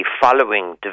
following